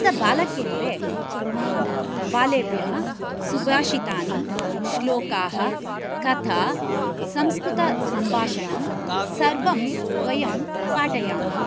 अत्र बालकेन्द्रे बालेभ्यः सुभाषितानि श्लोकाः कथा संस्कृतसम्भाषणं सर्वं वयं पाठयामः